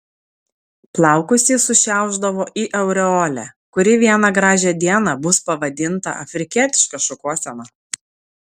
plaukus jis sušiaušdavo į aureolę kuri vieną gražią dieną bus pavadinta afrikietiška šukuosena